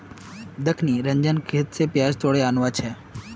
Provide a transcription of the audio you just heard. दख निरंजन खेत स प्याज तोड़े आनवा छै